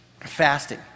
Fasting